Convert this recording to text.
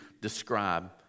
describe